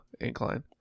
incline